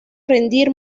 rendir